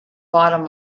bottom